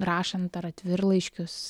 rašant ar atvirlaiškius